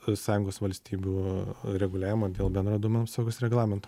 sąjungos valstybių reguliavimai dėl bendro duomenų apsaugos reglamento